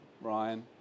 Ryan